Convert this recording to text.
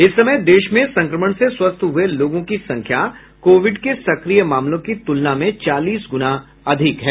इस समय देश में संक्रमण से स्वस्थ हुए लोगों की संख्या कोविड के सक्रिय मामलों की तुलना में चालीस गुना अधिक है